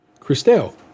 Christelle